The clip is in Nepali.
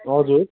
हजुर